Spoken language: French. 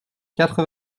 quatre